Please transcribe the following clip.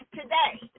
today